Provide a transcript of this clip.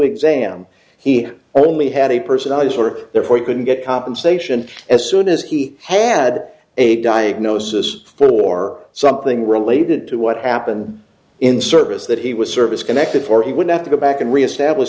exam he only had a personality disorder therefore you couldn't get compensation as soon as he had a diagnosis for something related to what happened in service that he was service connected for he would have to go back and reestablish